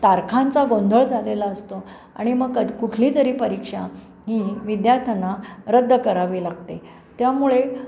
तारखांचा गोंधळ झालेला असतो आणि मग कुठली तरी परीक्षा ही विद्यार्थ्यांना रद्द करावी लागते त्यामुळे